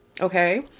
Okay